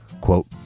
Quote